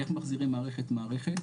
איך מחזירים מערכת-מערכת,